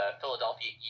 Philadelphia